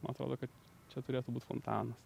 man atrodo kad čia turėtų būt fontanas